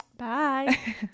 Bye